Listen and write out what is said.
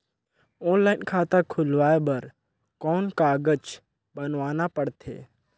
Online खाता खुलवाय बर कौन कागज बनवाना पड़थे?